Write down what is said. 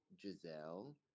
Giselle